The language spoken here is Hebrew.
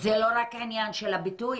זה לא רק עניין של הביטוי,